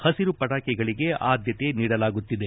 ಹಸಿರು ಪಟಾಕಿಗಳಿಗೆ ಆದ್ಯತೆ ನೀಡಲಾಗುತ್ತಿದೆ